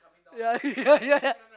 ya ya ya ya